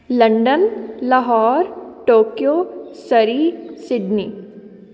London Lahore Tokyo Surrey Sydney